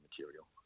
material